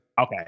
okay